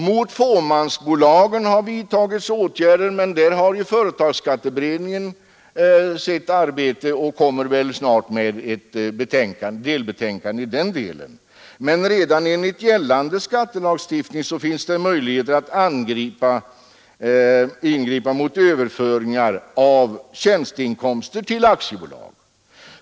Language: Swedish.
Mot fåmansbolagen har vidtagits vissa åtgärder, men där har företagsskatteberedningen sitt arbete, och den kommer väl snart med ett delbetänkande i den delen. Redan enligt gällande skattelagstiftning finns det emellertid möjligheter att ingripå mot överföringar av tjänsteinkomster till aktiebolag.